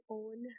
own